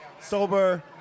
sober